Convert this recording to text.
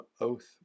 oath